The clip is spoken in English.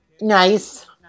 Nice